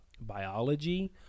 biology